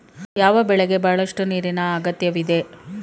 ಯಾವ ಬೆಳೆಗೆ ಬಹಳಷ್ಟು ನೀರಿನ ಅಗತ್ಯವಿದೆ?